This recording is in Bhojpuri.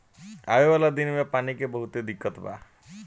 आवे वाला दिन मे पानी के बहुते दिक्कत बा